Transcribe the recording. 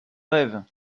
rêve